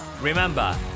Remember